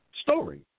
story